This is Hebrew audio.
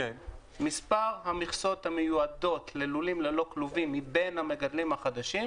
מספר המכסות המיועדות ללולים ללא כלובים מבין המגדלים החדשים,